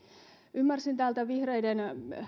ymmärsin täältä vihreiden